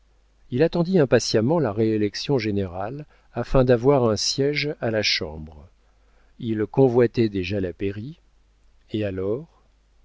il attendit impatiemment la réélection générale afin d'avoir un siége à la chambre il convoitait déjà la pairie et alors